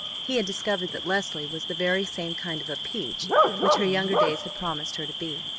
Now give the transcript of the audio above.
he had discovered that leslie was the very same kind of a peach which her younger days had promised her to be,